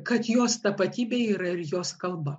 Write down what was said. kad jos tapatybė yra ir jos kalba